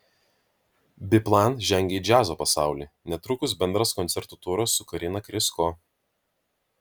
biplan žengia į džiazo pasaulį netrukus bendras koncertų turas su karina krysko